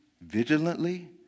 vigilantly